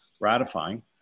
ratifying